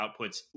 outputs